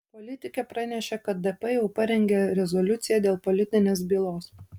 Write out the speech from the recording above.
politikė pranešė kad dp jau parengė rezoliuciją dėl politinės bylos